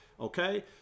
okay